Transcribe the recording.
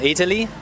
Italy